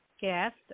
guest